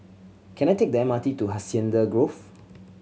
can I take the M R T to Hacienda Grove